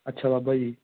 ਅੱਛਾ ਬਾਬਾ ਜੀ